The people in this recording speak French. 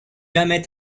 jamais